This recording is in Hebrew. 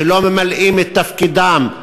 שלא ממלאים את תפקידם.